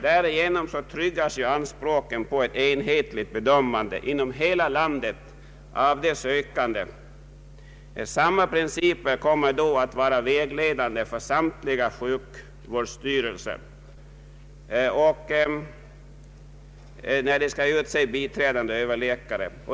Därigenom tryggas ju anspråken på ett enhetligt bedömande inom hela landet av de sökande. Samma principer kommer då att vara vägledande för samtliga sjukvårdsstyrelser, när de har att utse biträdande överläkare.